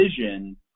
vision